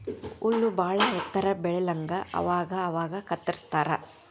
ಹುಲ್ಲ ಬಾಳ ಎತ್ತರ ಬೆಳಿಲಂಗ ಅವಾಗ ಅವಾಗ ಕತ್ತರಸ್ತಾರ